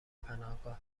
پناهگاه